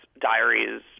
diaries